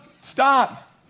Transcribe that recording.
stop